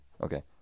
okay